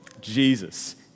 Jesus